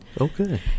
Okay